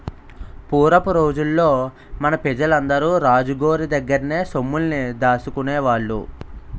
పూరపు రోజుల్లో మన పెజలందరూ రాజు గోరి దగ్గర్నే సొమ్ముల్ని దాసుకునేవాళ్ళు